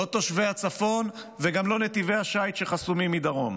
לא תושבי הצפון וגם לא נתיבי השיט שחסומים מדרום.